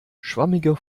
schwammige